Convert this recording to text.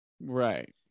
Right